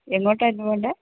എങ്ങോട്ട് ആയിരുന്നു പോവേണ്ടത്